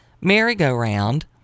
merry-go-round